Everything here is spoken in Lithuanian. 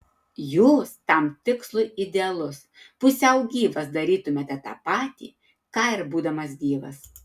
jūs tam tikslui idealus pusiau gyvas darytumėte tą patį ką ir būdamas gyvas